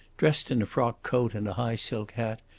dressed in a frock coat and a high silk hat,